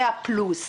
מאה פלוס.